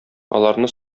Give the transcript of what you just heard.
аларны